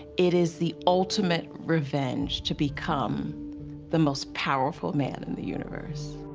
it is the ultimate revenge to become the most powerful man in the universe.